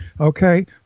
Okay